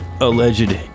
alleged